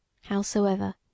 Howsoever